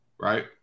right